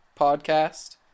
podcast